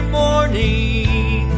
morning